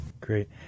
Great